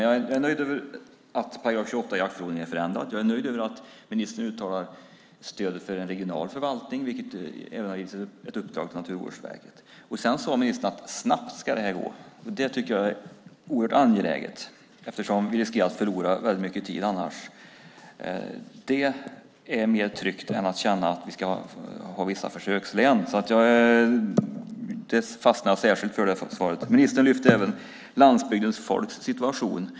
Jag är nöjd med att § 28 i jaktordningen är ändrad. Jag är också nöjd med att ministern uttalar sitt stöd för en regional förvaltning, där det även har getts ett uppdrag till Naturvårdsverket. Sedan sade ministern att det ska gå snabbt. Det tycker jag är oerhört angeläget eftersom vi annars riskerar att förlora mycket tid. Det känns mer tryggt än att vi ska ha vissa försökslän. Jag fastnade särskilt för det i svaret. Ministern lyfte även fram situationen för landsbygdens folk.